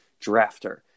drafter